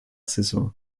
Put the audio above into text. saison